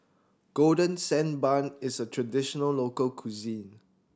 Golden Sand Bun is a traditional local cuisine